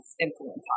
influence